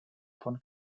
von